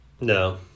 No